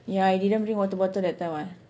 yeah I didn't bring water bottle that time [what]